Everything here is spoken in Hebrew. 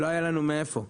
לא היה לנו מאיפה.